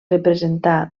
representar